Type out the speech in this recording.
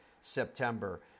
September